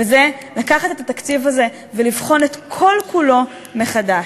לקחת את התקציב הזה ולבחון את כל-כולו מחדש,